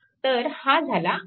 तर हा झाला i2